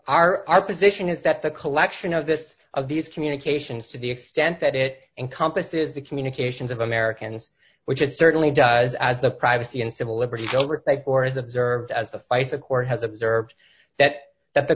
our our position is that the collection of this of these communications to the extent that it encompasses the communications of americans which it certainly does as the privacy and civil liberties oversight board has observed as the face of court has observed that that the